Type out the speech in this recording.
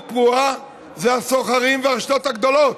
פרועה אלה הסוחרים והרשתות הגדולות.